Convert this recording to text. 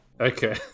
okay